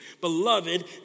Beloved